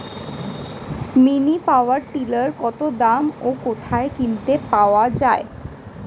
Mini power tiller কত দাম ও কোথায় কিনতে পাওয়া যায়?